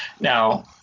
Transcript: Now